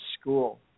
school